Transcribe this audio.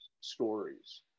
stories